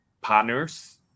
partners